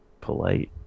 polite